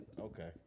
Okay